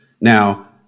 Now